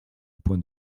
point